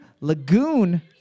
Lagoon